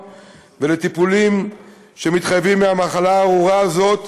ולטיפולים שמתחייבים מהמחלה הארורה הזאת.